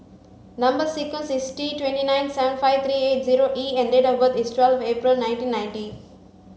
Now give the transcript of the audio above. number sequence is T twenty nine seven five three eight zero E and date of birth is twelfth April nineteen ninety